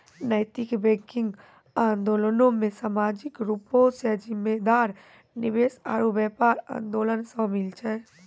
नैतिक बैंकिंग आंदोलनो मे समाजिक रूपो से जिम्मेदार निवेश आरु व्यापार आंदोलन शामिल छै